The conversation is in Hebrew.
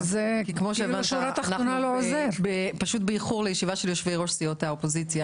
אנחנו באיחור לישיבה של יושבי ראש סיעות האופוזיציה